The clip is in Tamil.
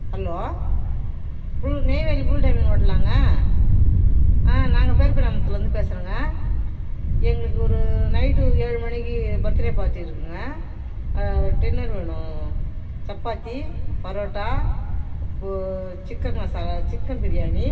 ஹலோ ஃபுல் நெய்வேலி ஃபுல்டைம் ஓட்டலாங்க ஆ நாங்கள் பேர்பெரியான் குப்பத்துலருந்து பேசுறேங்க எங்களுக்கு ஒரு நைட் ஏழு மணிக்கு பர்த்டே பார்ட்டி இருக்குங்க டின்னர் வேணும் சப்பாத்தி பரோட்டா போ சிக்கன் மசாலா சிக்கன் பிரியாணி